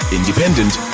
independent